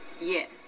Yes